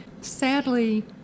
Sadly